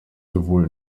sowohl